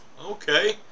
okay